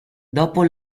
dopo